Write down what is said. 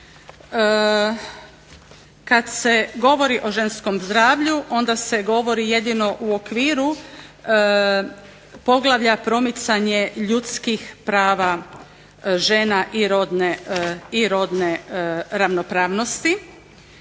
Kad se govori o ženskom zdravlju onda se govori jedino u okviru poglavlja promicanje ljudskih prava žena i rodne ravnopravnosti